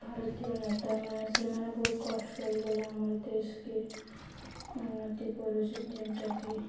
ଭାରତୀୟ ନେତାମାନେ ସେମାନେ ବହୁତ କଷ୍ଟ କରିକରି ଆମର ଦେଶକେ ଉନ୍ନତି କରୁଛ ଯେନ୍ଟାକି